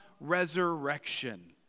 resurrection